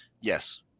Yes